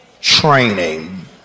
training